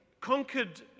conquered